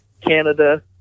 Canada-